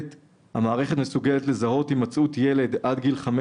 המערכת מסוגלת לזהות הימצאות ילד עד גיל 5